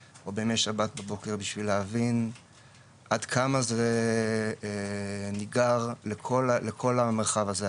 או בימי שבת בבוקר בשביל להבין עד כמה זה ניגר לכל המרחב הזה,